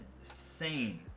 insane